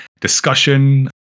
discussion